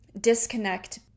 disconnect